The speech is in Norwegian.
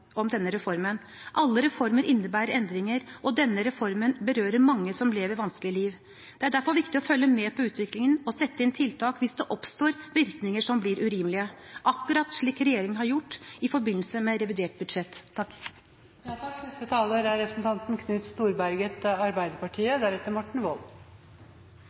denne reformen. Alle reformer innebærer endringer, og denne reformen berører mange som lever et vanskelig liv. Det er derfor viktig å følge med på utviklingen og sette inn tiltak hvis det oppstår virkninger som blir urimelige – akkurat slik regjeringen har gjort i forbindelse med revidert budsjett.